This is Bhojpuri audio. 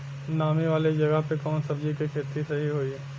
नामी वाले जगह पे कवन सब्जी के खेती सही होई?